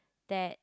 that